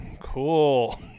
cool